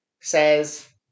says